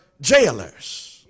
jailers